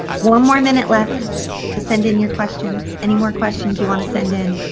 one more minute left to send in your questions. any more questions you want to send in,